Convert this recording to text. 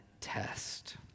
test